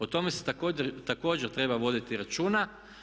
O tome se također treba voditi računa.